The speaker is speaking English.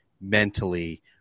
mentally